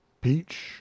peach